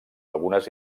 algunes